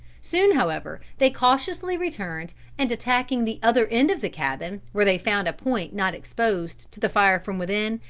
soon, however, they cautiously returned, and attacking the other end of the cabin, where they found a point not exposed to the fire from within,